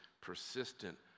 persistent